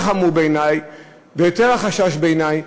אבל יותר חמור בעיני ויותר מעורר חשש בעיני,